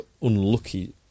unlucky